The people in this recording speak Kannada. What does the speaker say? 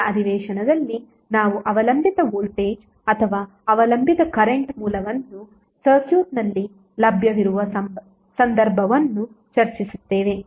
ಮುಂದಿನ ಅಧಿವೇಶನದಲ್ಲಿ ನಾವು ಅವಲಂಬಿತ ವೋಲ್ಟೇಜ್ ಅಥವಾ ಅವಲಂಬಿತ ಕರೆಂಟ್ ಮೂಲವನ್ನು ಸರ್ಕ್ಯೂಟ್ನಲ್ಲಿ ಲಭ್ಯವಿರುವ ಸಂದರ್ಭವನ್ನು ಚರ್ಚಿಸುತ್ತೇವೆ